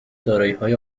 داراییهای